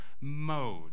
mode